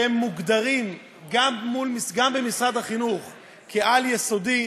שהם מוגדרים גם במשרד החינוך כעל-יסודי,